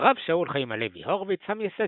הרב שאול חיים הלוי הורוביץ - המייסד